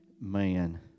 man